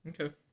Okay